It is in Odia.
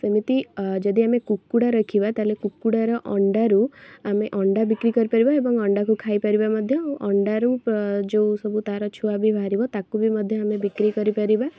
ଏମିତି ଯଦି ଆମେ କୁକୁଡ଼ା ରଖିବା ତା'ହେଲେ କୁକୁଡ଼ାର ଅଣ୍ଡାରୁ ଆମେ ଅଣ୍ଡା ବିକ୍ରି କରିପାରିବା ଏବଂ ଅଣ୍ଡାକୁ ଖାଇପାରିବା ମଧ୍ୟ ଅଣ୍ଡାରୁ ଯେଉଁ ସବୁ ତା'ର ଛୁଆ ବି ବାହାରିବ ତାକୁ ବି ମଧ୍ୟ ଆମେ ବିକ୍ରି କରିପାରିବା